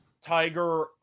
Tiger